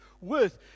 worth